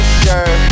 sure